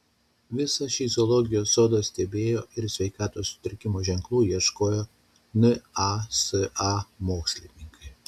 visą šį zoologijos sodą stebėjo ir sveikatos sutrikimų ženklų ieškojo nasa mokslininkai